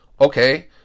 Okay